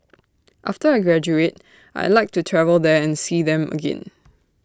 after I graduate I'd like to travel there and see them again